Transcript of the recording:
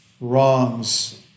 wrongs